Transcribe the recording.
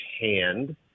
hand